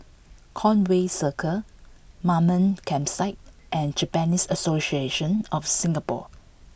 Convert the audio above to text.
Conway Circle Mamam Campsite and Japanese Association of Singapore